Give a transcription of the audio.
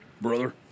Brother